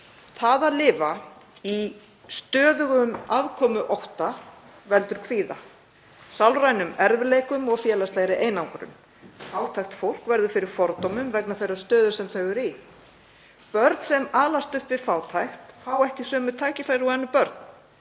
Það að lifa í stöðugum afkomuótta veldur kvíða, sálrænum erfiðleikum og félagslegri einangrun. Fátækt fólk verður fyrir fordómum vegna þeirrar stöðu sem það er í. Börn sem alast upp við fátækt fá ekki sömu tækifæri og önnur börn.